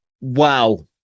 wow